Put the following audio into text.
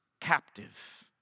captive